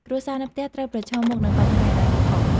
គ្រួសារនៅផ្ទះត្រូវប្រឈមមុខនឹងបញ្ហាហិរញ្ញវត្ថុ។